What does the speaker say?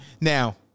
Now